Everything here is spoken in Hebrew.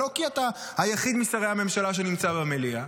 לא כי אתה היחיד משרי הממשלה שנמצא במליאה,